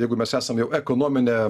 jeigu mes esam jau ekonominė